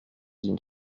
une